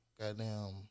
Goddamn